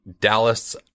Dallas